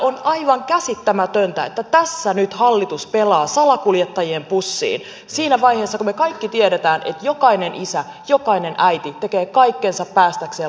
on aivan käsittämätöntä että tässä nyt hallitus pelaa salakuljettajien pussiin siinä vaiheessa kun me kaikki tiedämme että jokainen isä jokainen äiti tekee kaikkensa päästäkseen lastensa luokse